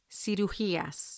cirugías